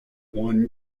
one